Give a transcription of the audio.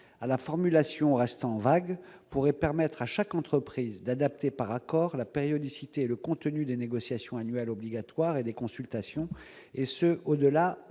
la formulation est vague, pourrait permettre à chaque entreprise d'adapter par accord la périodicité et le contenu des négociations annuelles obligatoires et des consultations, au-delà